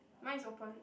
mine is open